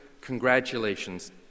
congratulations